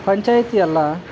ಪಂಚಾಯಿತಿ ಅಲ್ಲ